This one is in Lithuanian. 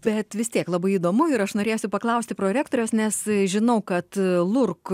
bet vis tiek labai įdomu ir aš norėsiu paklausti prorektorės nes žinau kad lurk